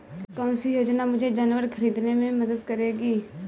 कौन सी योजना मुझे जानवर ख़रीदने में मदद करेगी?